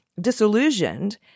disillusioned